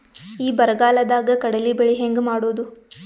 ಈ ಬರಗಾಲದಾಗ ಕಡಲಿ ಬೆಳಿ ಹೆಂಗ ಮಾಡೊದು?